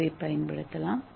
ஏவைப் பயன்படுத்தலாம்